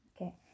Okay